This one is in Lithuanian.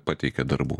pateikia darbų